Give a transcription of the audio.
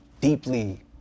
deeply